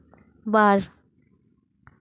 ᱵᱟᱨ